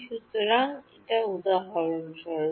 সুতরাং উদাহরণস্বরূপ